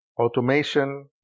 automation